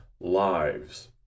lives